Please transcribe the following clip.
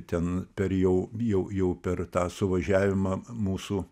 ten per jau jau jau per tą suvažiavimą mūsų